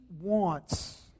wants